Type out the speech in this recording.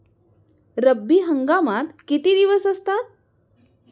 रब्बी हंगामात किती दिवस असतात?